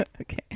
Okay